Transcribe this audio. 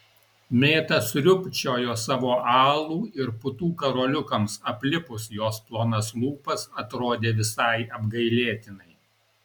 mėta sriubčiojo savo alų ir putų karoliukams aplipus jos plonas lūpas atrodė visai apgailėtinai